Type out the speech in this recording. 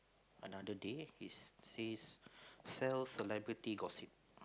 another day it's says sell celebrity gossip